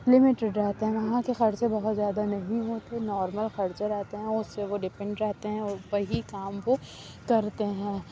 limited رہتے ہیں وہاں کے خرچے بہت زیادہ نہیں ہوتے نارمل خرچے رہتے ہیں اس سے وہ ڈپینڈ رہتے ہیں اوپر ہی کام وہ کرتے ہیں